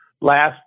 last